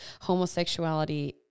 Homosexuality